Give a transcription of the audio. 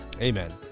Amen